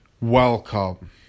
welcome